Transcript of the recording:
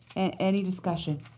any discussion?